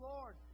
Lord